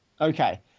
Okay